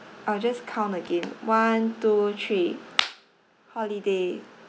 I'll just count again one two three holiday